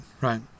Right